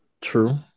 True